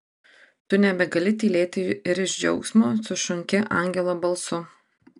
tu nebegali tylėti ir iš džiaugsmo sušunki angelo balsu